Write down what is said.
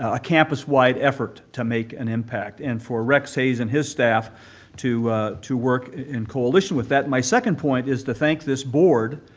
a campus-wide effort to make an impact, and for rex hays and his staff to to work and coalition with that. my second point is to thank this board.